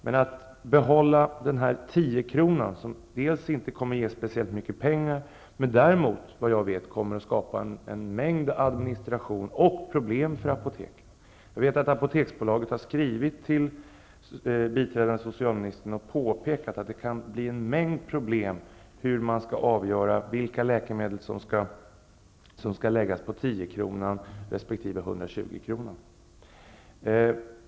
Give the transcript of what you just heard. Men att behålla 10-kronan kommer inte att ge speciellt mycket pengar men däremot en mängd administration och problem för apoteken. Jag vet att Apoteksbolaget har skrivit till biträdande socialministern och påpekat att det kan bli en mängd problem med att avgöra vilka läkemedel som skall läggas på 10-kronan resp. 120 kronan.